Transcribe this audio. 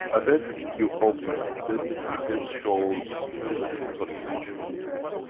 and then you open, then the fingers shows the total emotion of the man.